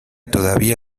todavía